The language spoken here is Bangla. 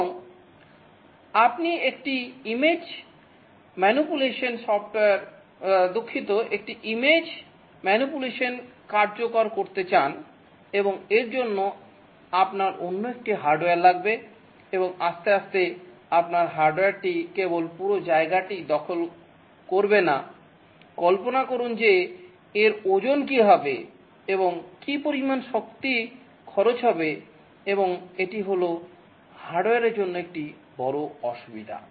এবং আপনি একটি ইমেজ ম্যানিপুলেশন সফটওয়্যার দুঃখিত একটি ইমেজ ম্যানিপুলেশন কার্যকর করতে চান এবং এর জন্য আপনার অন্য একটি হার্ডওয়্যার লাগবে এবং আস্তে আস্তে আপনার হার্ডওয়্যারটি কেবল পুরো জায়গাটিই দখল করবে না কল্পনা করুন যে এর ওজন কি হবে এবং কি পরিমান শক্তি খরচ হবে এবং এটি হল হার্ডওয়্যার জন্য একটি বড় অসুবিধা